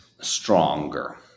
stronger